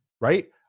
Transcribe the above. right